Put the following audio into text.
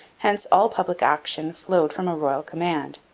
hence all public action flowed from a royal command.